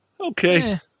okay